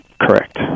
Correct